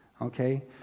okay